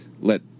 Let